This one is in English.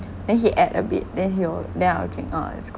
then he add a bit then he will then I will drink oh it's quite